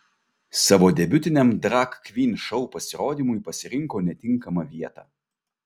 savo debiutiniam drag kvyn šou pasirodymui pasirinko netinkamą vietą